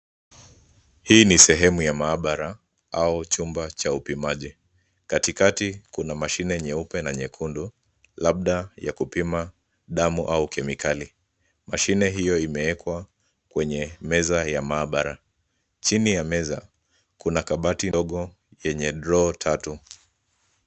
Hii ni sehemu ya maabara au chumba cha upimaji. Katikati kuna mashine nyeupe na nyekundu labda ya kupima damu au kemikali. Mashine hiyo imewekwa kwenye meza ya maabara. Chini ya meza kuna kabati dogo yenye droo tatu.